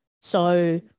So-